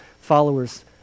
followers